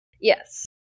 Yes